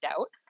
out